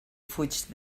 fuig